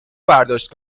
برداشت